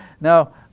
Now